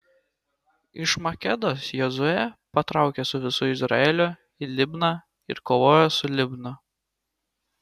iš makedos jozuė patraukė su visu izraeliu į libną ir kovojo su libna